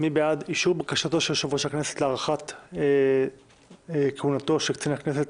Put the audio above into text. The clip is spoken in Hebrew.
מי בעד אישור בקשתו של יושב-ראש הכנסת להארכת כהונתו של קצין הכנסת,